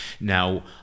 Now